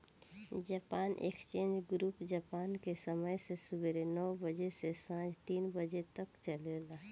Japan exchange group Japan के समय से सुबेरे नौ बजे से सांझ तीन बजे तक चलेला